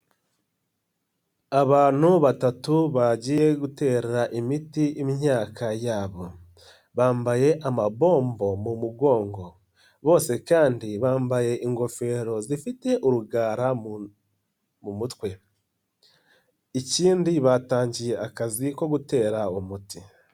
Abantu batatu bagiye gutera imiti imyaka yabo. Bambaye amabombo mu mugongo. Bose kandi bambaye ingofero zifite urugara mu mutwe. Ikindi batangiye akazi ko gutera umuti.